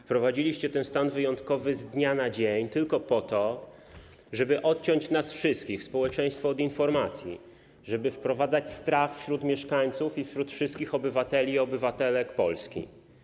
Wprowadziliście ten stan wyjątkowy z dnia na dzień tylko po to, żeby odciąć nas wszystkich, społeczeństwo, od informacji, żeby wprowadzić strach wśród mieszkańców i wśród wszystkich obywateli i obywatelek Polski.